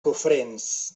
cofrents